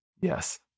yes